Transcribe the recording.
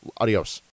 Adios